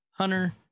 hunter